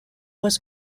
was